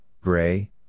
gray